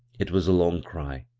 it was a long cry,